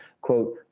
quote